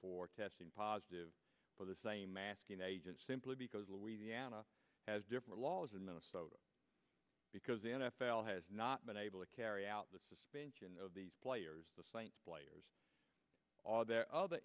for testing positive for the same masking agent simply because louisiana has different laws in minnesota because the n f l has not been able to carry out the suspension of these players players all their other